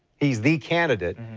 he's the candidate.